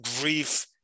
grief